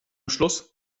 schluss